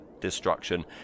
destruction